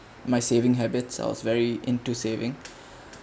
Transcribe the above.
my saving habits I was very into saving